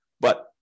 But-